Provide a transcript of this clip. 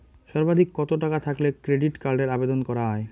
সর্বাধিক কত টাকা থাকলে ক্রেডিট কার্ডের আবেদন করা য়ায়?